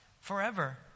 forever